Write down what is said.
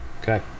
okay